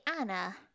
Anna